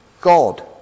God